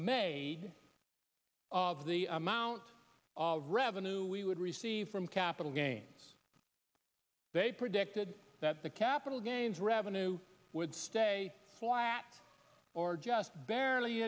may of the amount of revenue we would receive from capital gains they predicted that the capital gains revenue would stay flat or just barely